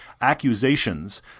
accusations